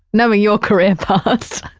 knowing your career past.